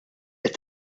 qed